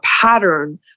pattern